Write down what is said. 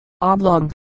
oblong